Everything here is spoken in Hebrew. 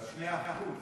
נכון, גפני, אבל 2%,